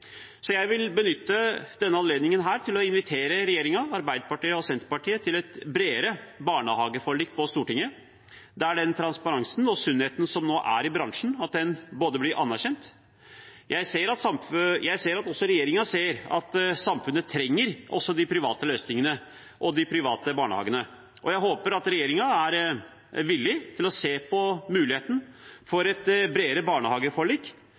Jeg vil benytte denne anledningen til å invitere regjeringen – Arbeiderpartiet og Senterpartiet – til et bredere barnehageforlik på Stortinget, der den transparensen og sunnheten som nå er i bransjen, blir anerkjent. Jeg ser at også regjeringen ser at samfunnet også trenger de private løsningene og de private barnehagene, og jeg håper at regjeringen er villig til å se på muligheten for et bredere barnehageforlik